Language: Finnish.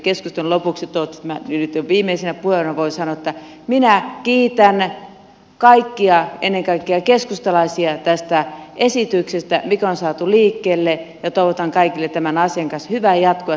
toivottavasti minä nyt jo viimeisenä puhujana voin sanoa että minä kiitän kaikkia ennen kaikkea keskustalaisia tästä esityksestä mikä on saatu liikkeelle ja toivotan kaikille tämän asian kanssa hyvää jatkoa